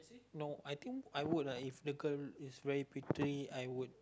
no I think I would lah if the girl is very pretty I would